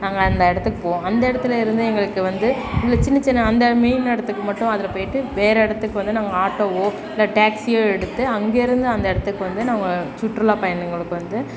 நாங்கள் அந்த இடத்துக்கு போவோம் அந்த இடத்துல இருந்து எங்களுக்கு வந்து உள்ள சின்ன சின்ன அந்த மெயின் இடத்துக்கு மட்டும் அதில் போய்விட்டு வேறு இடத்துக்கு வந்து நாங்கள் ஆட்டோவோ இல்லை டேக்சியோ எடுத்து அங்கிருந்து அந்த இடத்துக்கு வந்து நாங்கள் சுற்றுலா பயணங்களுக்கு வந்து